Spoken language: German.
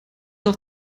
auch